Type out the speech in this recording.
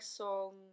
song